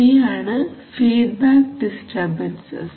ഇവയാണ് feedback disturbances